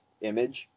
Image